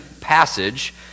passage